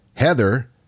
Heather